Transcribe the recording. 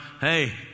hey